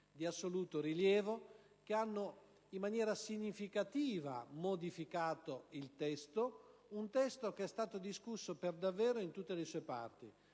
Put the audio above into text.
di assoluto rilievo ed hanno in maniera significativa cambiato il testo: un testo che è stato discusso per davvero in tutte le sue parti.